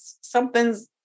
something's